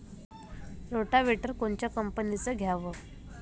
Rotavator कोनच्या कंपनीचं घ्यावं?